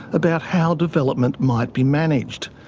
about how development might be managed.